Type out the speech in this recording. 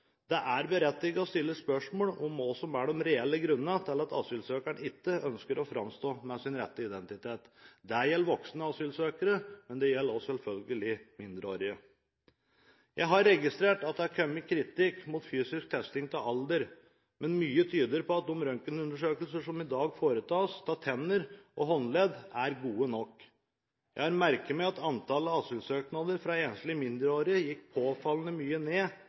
Det er berettiget å stille spørsmål om hva som er de reelle grunnene til at asylsøkeren ikke ønsker å framstå med sin rette identitet. Det gjelder voksne asylsøkere, men det gjelder selvfølgelig også mindreårige. Jeg har registrert at det har kommet kritikk mot fysisk testing av alder, men mye tyder på at de røntgenundersøkelser som i dag foretas av tenner og håndledd, er gode nok. Jeg merker meg at antallet asylsøknader fra enslige mindreårige gikk påfallende mye ned